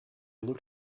looked